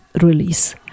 release